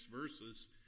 verses